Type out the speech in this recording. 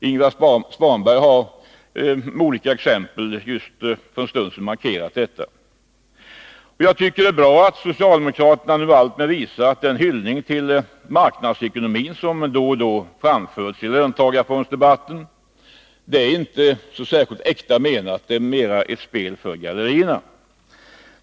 Ingvar Svanberg har för en stund sedan med olika exempel markerat detta. Jag tycker att det är bra att socialdemokraterna nu alltmer visar att den hyllning till marknadsekonomin som då och då framförs i löntagarfondsdebatten inte är särskilt ärligt menad — det är mera ett spel för gallerierna.